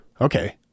okay